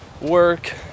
work